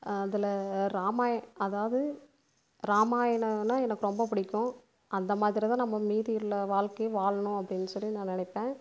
அதில் இராமாய அதாவது இராமாயம்னா எனக்கு ரொம்ப பிடிக்கும் அந்தமாதிரி தான் நம்ம மீதியுள்ள வாழ்க்கையும் வாழனும் அப்படினு சொல்லி நான் நினைப்பேன்